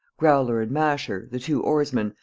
growler and masher, the two oarsmen,